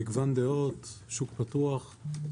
מגוון דעות, שוק פתוח.